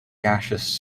gaseous